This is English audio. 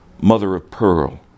mother-of-pearl